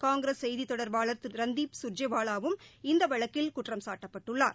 காங்கிரஸ் செய்திதொடர்பாளர் திருரந்தீப் சுர்ஜேவாவாவும் இந்தவழக்கில் குற்றம்சாட்டப்பட்டுள்ளார்